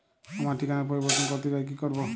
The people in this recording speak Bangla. আমার ঠিকানা পরিবর্তন করতে চাই কী করব?